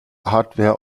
hardware